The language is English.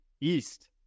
East